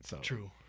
True